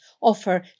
offer